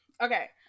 Okay